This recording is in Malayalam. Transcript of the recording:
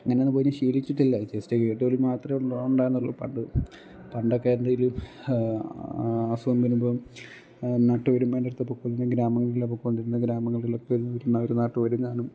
അങ്ങനെയൊന്നും പോയിട്ട് ശീലിച്ചിട്ടില്ല ജസ്റ്റ് കേട്ടറിവ് മാത്രമേ ഉണ്ടാവുന്നുള്ളു പണ്ട് പണ്ടൊക്കെയെന്തെങ്കിലും അസുഖം വരുമ്പം നാട്ടു വൈദ്ധ്യന്മാരുടെ അടുത്താണ് പോയിക്കോണ്ടിരുന്നത് ഗ്രാമങ്ങളിലാണ് പോയ്ക്കൊണ്ടിരുന്നത് ഗ്രാമങ്ങളിലൊക്കെ ഒരു ഒരു ഒരു നാട്ടു മരുന്നാണ്